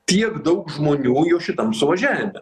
tiek daug žmonių jau šitam suvažiavime